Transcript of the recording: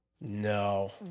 No